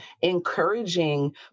encouraging